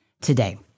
today